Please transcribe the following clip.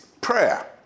prayer